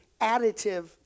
additive